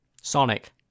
Sonic